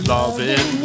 Loving